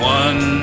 one